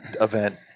event